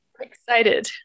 Excited